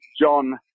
John